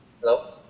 hello